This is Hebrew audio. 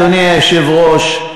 אדוני היושב-ראש,